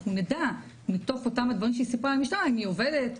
אנחנו נדע מתוך הדברים שהיא סיפרה למשטרה אם היא עובדת.